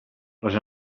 les